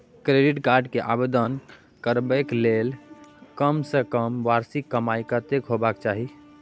Credit card के आवेदन करबैक के लेल कम से कम वार्षिक कमाई कत्ते होबाक चाही?